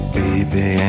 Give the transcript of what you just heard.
baby